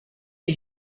die